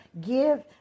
give